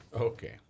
Okay